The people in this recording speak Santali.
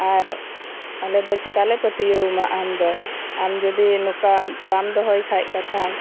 ᱟᱨ ᱟᱞᱮ ᱫᱚ ᱪᱮᱞᱟ ᱞᱮ ᱯᱟᱹᱛᱭᱟᱹᱣ ᱢᱟ ᱟᱢ ᱫᱚ ᱟᱢ ᱡᱩᱫᱤ ᱱᱚᱝᱠᱟ ᱵᱟᱢ ᱫᱚᱦᱚᱭ ᱠᱷᱟᱡ ᱠᱟᱛᱷᱟ